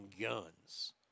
guns